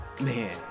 man